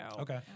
okay